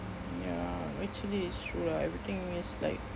mm ya actually it's true lah everything is like